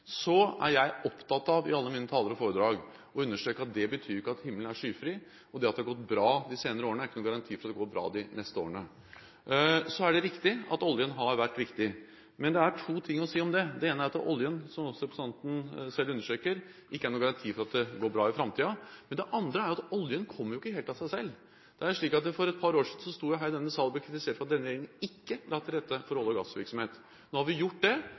Jeg er i alle mine taler og foredrag opptatt av å understreke at det betyr ikke at himmelen er skyfri. Det at det har gått bra de senere årene, er ikke noen garanti for at det går bra de neste årene. Det er riktig at oljen har vært viktig, men det er to ting å si om det. Det ene er at oljen – som representanten selv understreker – ikke er noen garanti for at det går bra i framtiden. Det andre er at oljen kommer jo ikke helt av seg selv. For et par år siden sto jeg i denne salen og ble kritisert for at denne regjeringen ikke la til rette for olje- og gassvirksomhet. Nå har vi gjort det,